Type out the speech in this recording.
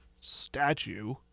statue